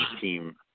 team